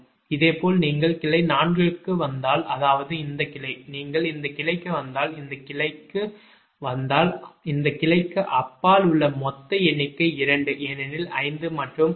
இதேபோல் நீங்கள் கிளை 4 க்கு வந்தால் அதாவது இந்த கிளை நீங்கள் இந்த கிளைக்கு வந்தால் இந்த கிளைக்கு வந்தால் இந்த கிளைக்கு அப்பால் உள்ள மொத்த எண்ணிக்கை 2 ஏனெனில் 5 மற்றும் 6